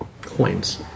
coins